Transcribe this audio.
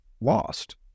lost